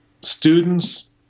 students